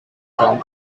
around